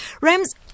Rams